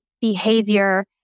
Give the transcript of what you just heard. behavior